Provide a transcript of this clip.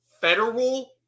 federal